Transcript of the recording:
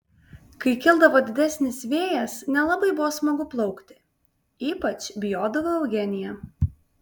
kai kildavo didesnis vėjas nelabai buvo smagu plaukti ypač bijodavo eugenija